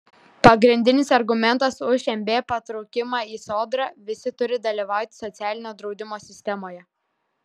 pagrindinis argumentas už mb patraukimą į sodrą visi turi dalyvauti socialinio draudimo sistemoje